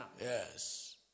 Yes